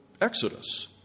Exodus